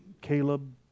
Caleb